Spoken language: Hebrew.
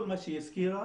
כל מה שהיא הזכירה,